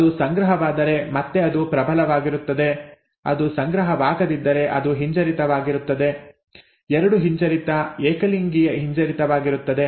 ಅದು ಸಂಗ್ರಹವಾದರೆ ಮತ್ತೆ ಅದು ಪ್ರಬಲವಾಗಿರುತ್ತದೆ ಅದು ಸಂಗ್ರಹವಾಗದಿದ್ದರೆ ಅದು ಹಿಂಜರಿತವಾಗಿರುತ್ತದೆ ಎರಡು ಹಿಂಜರಿತ ಏಕಲಿಂಗೀಯ ಹಿಂಜರಿತವಾಗಿರುತ್ತದೆ